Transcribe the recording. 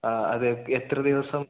അത് എത്ര ദിവസം